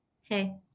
Hey